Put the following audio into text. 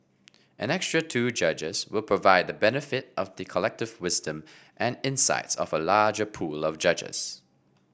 an extra two judges will provide the benefit of the collective wisdom and insights of a larger pool of judges